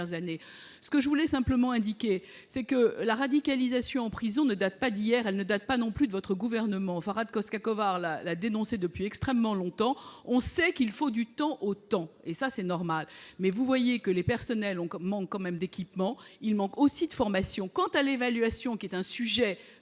années. Je voulais simplement indiquer que la radicalisation en prison ne date pas d'hier ; elle ne date pas non plus de votre gouvernement. Farhad Khosrokhavar l'a dénoncée depuis extrêmement longtemps. On sait qu'il faut laisser du temps au temps, et c'est normal, mais vous voyez bien que les personnels manquent quand même d'équipements. Ils manquent aussi de formation. Quant à l'évaluation, qui est un sujet